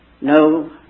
No